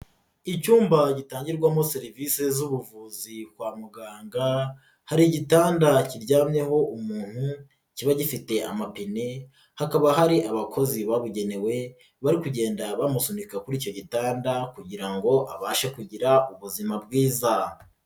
Icyumba gitangirwamo serivisi z'ubuvuzi kwa muganga hari igitanda kiryamyeho umuntu kiba gifite amapine hakaba hari abakozi babugenewe bari kugenda bamusunika kuri icyo gitanda kugira ngo abashe kugira ubuzima bwiza.